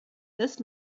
his